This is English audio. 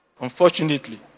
unfortunately